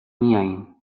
میایم